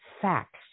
facts